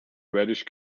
reddish